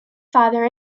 father